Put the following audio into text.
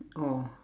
oh